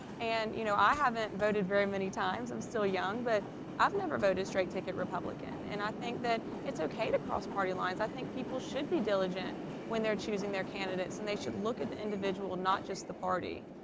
and, you know, i haven't voted very many times, i'm still young, but i've never voted straight ticket republican. and i think that it's okay to cross party lines. i think people should be diligent when they're choosing their candidates and they should look at the individual and not just the party.